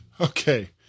Okay